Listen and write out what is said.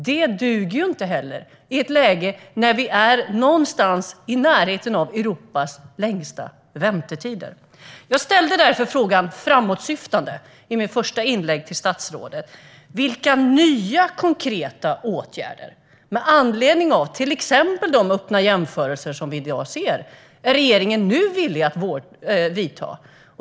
Detta duger inte i ett läge när vi är någonstans i närheten av Europas längsta väntetider. Jag ställde därför frågan till statsrådet, framåtsyftande, i mitt första inlägg. Vilka nya konkreta åtgärder, med anledning av till exempel de öppna jämförelser som vi i dag ser, är regeringen nu villig att vidta?